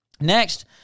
Next